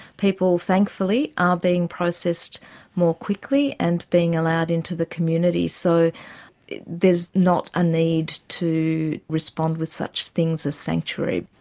people thankfully are being processed more quickly and being allowed into the community so there's not a need to respond with such things as sanctuary.